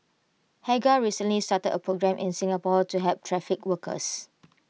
hagar recently started A programme in Singapore to help trafficked workers